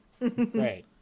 Right